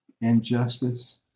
injustice